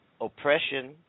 Oppression